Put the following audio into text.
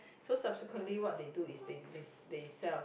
so subsequently what they do is they they they sell